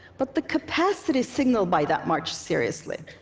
but the capacity signaled by that march, seriously.